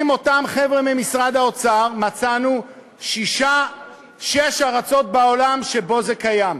עם אותם חבר'ה ממשרד האוצר מצאנו שש ארצות בעולם שבהן זה קיים,